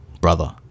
brother